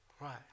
right